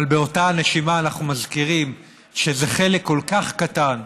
אבל באותה נשימה אנחנו מזכירים שזה חלק כל כך קטן,